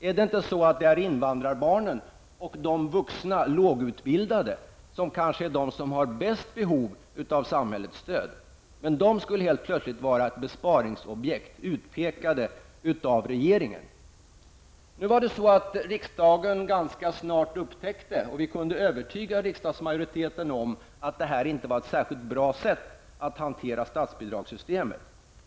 Är det inte invandrarbarnen och de vuxna lågutbildade som kanske har bäst behov av samhällets stöd? De skulle helt plötsligt vara ett besparingsobjekt, utpekade av regeringen. Riksdagen upptäckte ganska snart, och riksdagsmajoriteten kunde övertygas, att detta inte var ett särskilt bra sätt att hantera statsbidragssystemet.